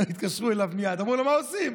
התקשרו אליו מייד ואמרו לו: מה עושים?